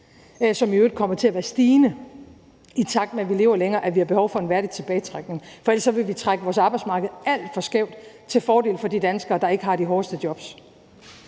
som i øvrigt kommer til at være stigende, i takt med at vi lever længere, at vi har behov for en værdig tilbagetrækning. For ellers ville vi trække vores arbejdsmarked alt for skævt til fordel for de danskere, der ikke har de hårdeste jobs.